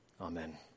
Amen